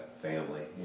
Family